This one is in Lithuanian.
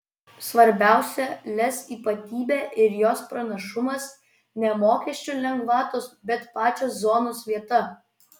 svarbiausia lez ypatybė ir jos pranašumas ne mokesčių lengvatos bet pačios zonos vieta